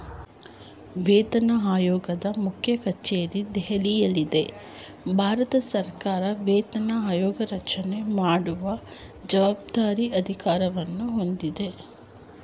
ವೇತನಆಯೋಗದ ಮುಖ್ಯಕಚೇರಿ ದೆಹಲಿಯಲ್ಲಿದ್ದು ಭಾರತಸರ್ಕಾರ ವೇತನ ಆಯೋಗರಚನೆ ಮಾಡುವ ಜವಾಬ್ದಾರಿ ಅಧಿಕಾರವನ್ನು ಹೊಂದಿದೆ